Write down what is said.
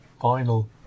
final